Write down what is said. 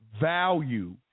value